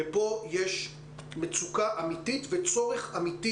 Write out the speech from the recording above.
ופה יש מצוקה אמיתית וצורך אמיתי,